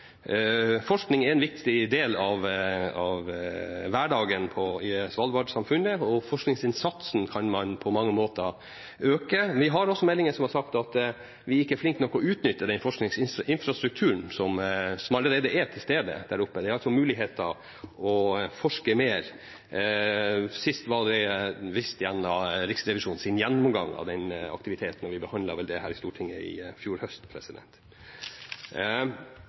en viktig del av hverdagen i svalbardsamfunnet, og forskningsinnsatsen kan man på mange måter øke. Vi har også meldinger som har sagt at vi ikke er flinke nok til å utnytte den forskningsinfrastrukturen som allerede er til stede der oppe. Det er altså muligheter til å forske mer, sist vist gjennom Riksrevisjonens gjennomgang av denne aktiviteten. Vi behandlet vel det her i Stortinget i fjor høst.